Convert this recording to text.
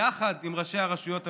יחד עם ראשי הרשויות המעורבות.